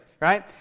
Right